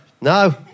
no